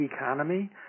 economy